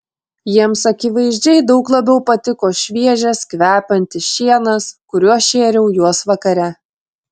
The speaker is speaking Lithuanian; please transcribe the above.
jiems akivaizdžiai daug labiau patiko šviežias kvepiantis šienas kuriuo šėriau juos vakare